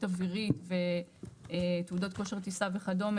אווירית ותעודות כושר טיסה וכדומה,